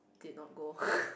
did not go